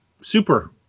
super